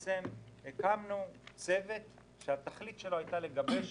הקמנו צוות שהתכלית שלו הייתה לגבש